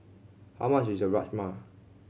how much is the Rajma